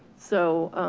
so.